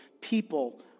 people